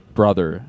brother